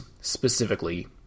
specifically